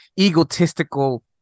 egotistical